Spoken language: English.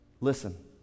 Listen